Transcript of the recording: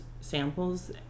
samples